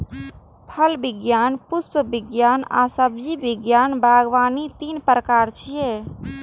फल विज्ञान, पुष्प विज्ञान आ सब्जी विज्ञान बागवानी तीन प्रकार छियै